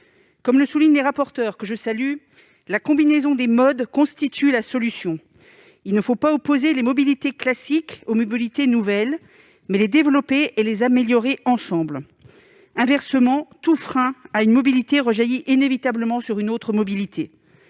notre délégation à la prospective, que je salue, la combinaison des modes constitue la solution. Il ne faut pas opposer les mobilités classiques aux mobilités nouvelles, mais les développer et les améliorer ensemble, car tout frein apporté à une mobilité rejaillit inévitablement sur une autre.